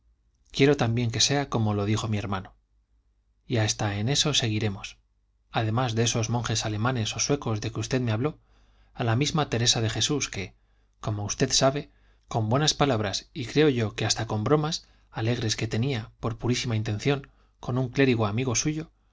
quiero también que sea como lo dijo mi hermano y hasta en eso seguiremos además de esos monjes alemanes o suecos de que usted me habló a la misma teresa de jesús que como usted sabe con buenas palabras y creo yo que hasta bromas alegres que tenía con purísima intención con un clérigo amigo suyo